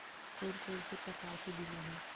कोन कोन से प्रकार के बीमा हे?